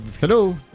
Hello